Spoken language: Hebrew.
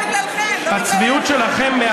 באמת, מה אתם עושים?